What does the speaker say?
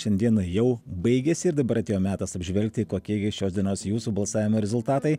šiandieną jau baigiasi ir dabar atėjo metas apžvelgti kokie gi šios dienos jūsų balsavimo rezultatai